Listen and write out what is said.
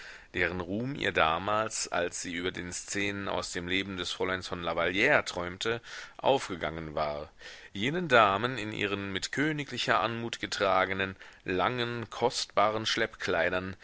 deren ruhm ihr damals als sie über den szenen aus dem leben des fräuleins von lavallire träumte aufgegangen war jenen damen in ihren mit königlicher anmut getragenen langen kostbaren